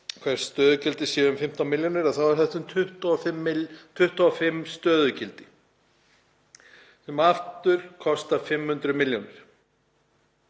hvert stöðugildi sé um 15 milljónir, þá eru þetta um 25 stöðugildi, sem aftur kostar 500 milljónir.